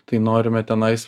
tai norime tenais